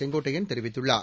செங்கோட்டையள் தெரிவித்துள்ளார்